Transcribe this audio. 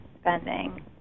spending